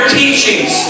teachings